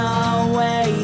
away